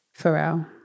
Pharrell